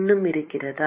இன்னும் இருக்கிறதா